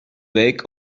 week